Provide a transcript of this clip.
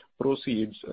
proceeds